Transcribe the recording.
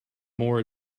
more